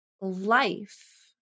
life